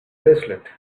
bracelet